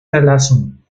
verlassen